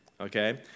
Okay